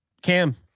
Cam